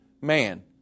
man